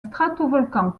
stratovolcan